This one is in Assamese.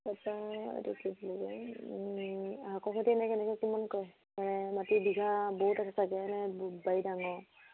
তাৰপৰা এইটো কি বুলি কয় শাকৰ খেতি এনেই কেনেকৈ কিমান কৰে মানে মাটিৰ বিঘা বহুত আছে চাগে নে ব বাৰী ডাঙৰ